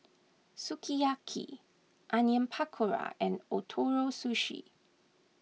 Sukiyaki Onion Pakora and Ootoro Sushi